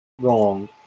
wrong